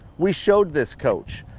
we showed this coach.